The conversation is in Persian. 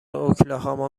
اوکلاهاما